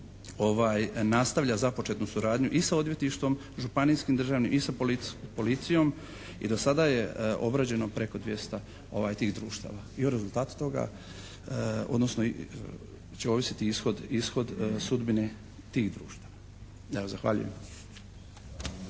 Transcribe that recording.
nastavlja započetu suradnju i sa odvjetništvom županijskim državnim i sa policijom, i do sada je obrađeno preko 200 tih društava. I o rezultatu toga odnosno će ovisiti ishod sudbine tih društava. Zahvaljujem.